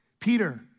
Peter